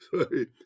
Sorry